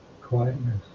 quietness